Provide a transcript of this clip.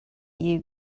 you